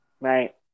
Right